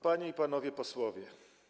Panie i Panowie Posłowie!